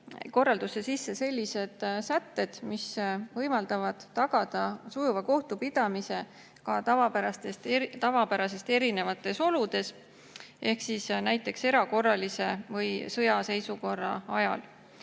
kohtukorraldusse sisse sellised sätted, mis võimaldaksid tagada sujuva kohtupidamise ka tavapärasest erinevates oludes, näiteks erakorralise või sõjaseisukorra ajal.